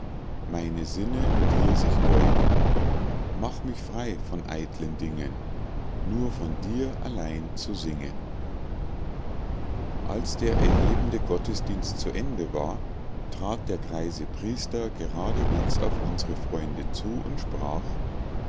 meine sinne dir sich beugten mach mich frei von eitlen dingen nur von dir allein zu singen als der erhebende gottesdienst zu ende war trat der greise priester geradewegs auf unsre freunde zu und sprach